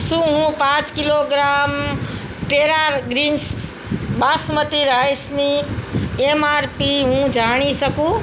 શું હું પાંચ કિલોગ્રામ ટેરા ગ્રીન્સ બાસમતી રાઈસની એમઆરપી હું જાણી શકું